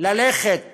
ללכת